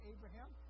Abraham